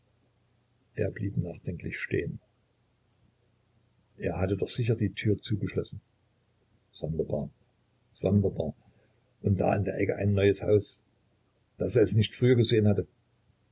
er blieb nachdenklich stehen er hatte doch sicher die tür zugeschlossen sonderbar sonderbar und da an der ecke ein neues haus daß er es nicht früher gesehen hatte